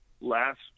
last